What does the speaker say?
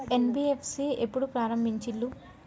NBFC ఎప్పుడు ప్రారంభించిల్లు?